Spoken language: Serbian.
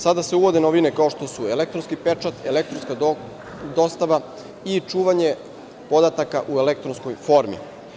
Sada se uvode novine kao što su elektronski pečat, elektronska dostava i čuvanje podataka u elektronskoj formi.